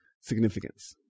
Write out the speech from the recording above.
significance